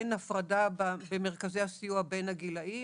אין הפרדה במרכזי הסיוע בין הגילאים,